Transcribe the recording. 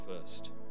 first